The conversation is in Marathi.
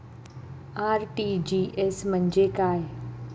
आर.टी.जी.एस म्हणजे काय?